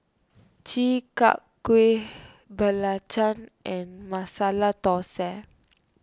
Chi Kak Kuih Belacan and Masala Thosai